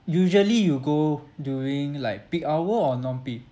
usually you go during like peak hour or non peak